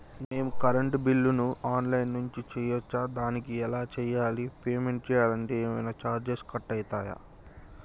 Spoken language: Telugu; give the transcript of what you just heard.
మేము కరెంటు బిల్లును ఆన్ లైన్ నుంచి చేయచ్చా? దానికి ఎలా చేయాలి? పేమెంట్ చేయాలంటే ఏమైనా చార్జెస్ కట్ అయితయా?